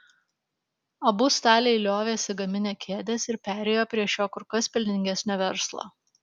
abu staliai liovėsi gaminę kėdes ir perėjo prie šio kur kas pelningesnio verslo